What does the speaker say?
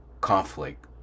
conflict